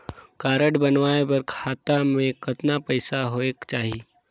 Card बनवाय बर खाता मे कतना पईसा होएक चाही?